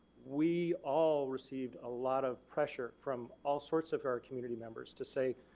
we all received a lot of pressure from all sorts of our community members to say,